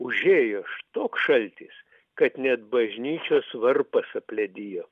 užėjo toks šaltis kad net bažnyčios varpas apledijo